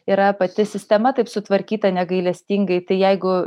yra pati sistema taip sutvarkyta negailestingai tai jeigu